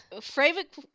favorite